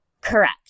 Correct